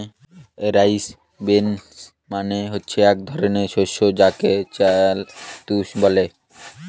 rice bran মানে হচ্ছে এক ধরনের শস্য যাকে চাল তুষ বলে